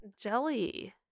jelly